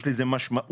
יש לזה משמעות.